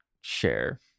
share